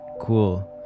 cool